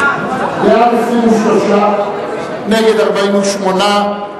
תכשירים וטיפולים רפואיים ושיעור מס מופחת על צריכת תרבות,